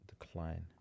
decline